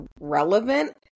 relevant